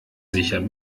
sicher